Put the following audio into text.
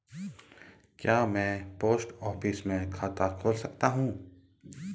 क्या मैं post office में खाता खोल सकता हूँ?